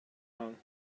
own